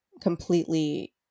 completely